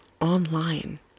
online